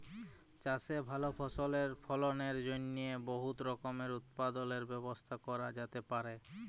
চাষে ভাল ফসলের ফলনের জ্যনহে বহুত রকমের উৎপাদলের ব্যবস্থা ক্যরা যাতে পারে